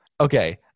okay